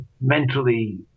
mentally